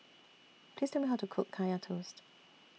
Please Tell Me How to Cook Kaya Toast